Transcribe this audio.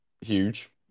huge